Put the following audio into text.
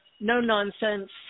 no-nonsense